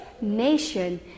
nation